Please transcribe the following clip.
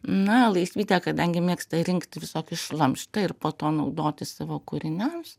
na laisvyda kadangi mėgsta rinkti visokį šlamštą ir po to naudoti savo kūriniams